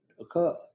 occur